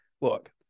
look